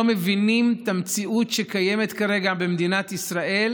הם לא מבינים את המציאות שקיימת כרגע במדינת ישראל,